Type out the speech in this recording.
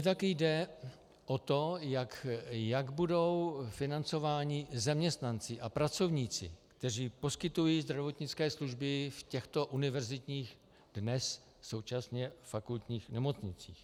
Také mi jde o to, jak budou financováni zaměstnanci a pracovníci, kteří poskytují zdravotnické služby v těch univerzitních, dnes současně fakultních nemocnicích.